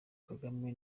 kagame